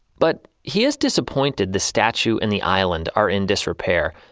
but he is disappointed the statue in the island are in disrepair.